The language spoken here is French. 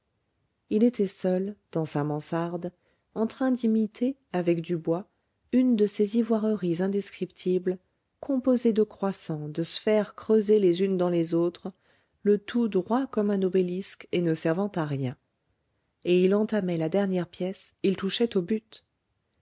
il était seul dans sa mansarde en train d'imiter avec du bois une de ces ivoireries indescriptibles composées de croissants de sphères creusées les unes dans les autres le tout droit comme un obélisque et ne servant à rien et il entamait la dernière pièce il touchait au but